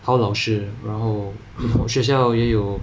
好老师然后学校也有